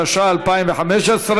התשע"ה 2015,